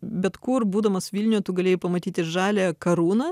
bet kur būdamas vilniuje tu galėjai pamatyti žalią karūną